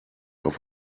auf